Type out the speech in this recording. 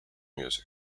music